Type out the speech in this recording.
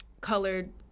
colored